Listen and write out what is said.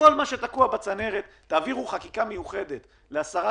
קחו את כל מה שתקוע בצנרת ותעבירו חקיקה מיוחדת להסרת